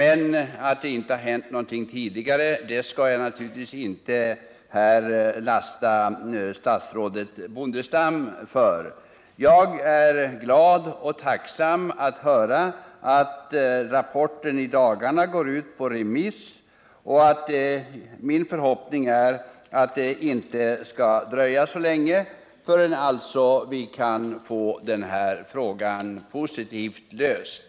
Men att det inte har hänt någonting tidigare skall jag naturligtvis inte lasta statsrådet Bondestam för. Jag är glad och tacksam att höra att rapporten i dagarna går ut på remiss. Min förhoppning är att det inte skall dröja så länge förrän vi kan få den här frågan positivt löst.